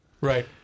Right